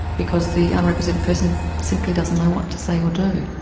because the unrepresented person simply doesn't know what to say or do.